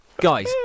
guys